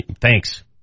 thanks